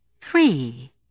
Three